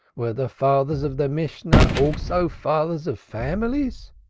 were the fathers of the mishna also fathers of families?